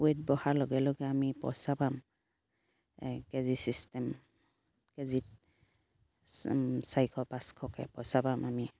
weight বহাৰ লগে লগে আমি পইচা পাম কেজি চিষ্টেম কেজিত চাৰিশ পাঁচশকে পইচা পাম আমি